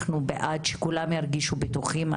אנחנו בעד שכולם ירגישו בטוחים.